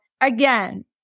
again